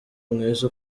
mwiza